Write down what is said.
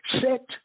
set